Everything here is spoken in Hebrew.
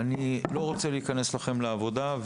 אני לא רוצה להיכנס לכם לעבודה,